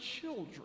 children